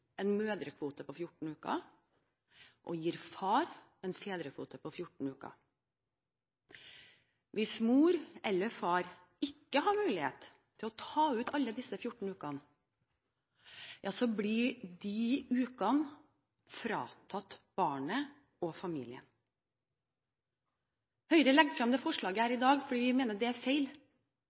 en mødrekvote på 14 uker og far en fedrekvote på 14 uker. Hvis mor eller far ikke har mulighet til å ta ut alle disse 14 ukene, blir disse ukene fratatt barnet og familien. Høyre har lagt frem dette forslaget fordi vi mener dette er feil. Det er feil